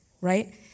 right